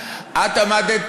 את עמדת,